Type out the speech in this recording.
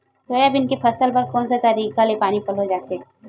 Soybean के फसल बर कोन से तरीका ले पानी पलोय जाथे?